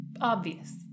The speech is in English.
obvious